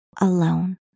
alone